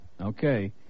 Okay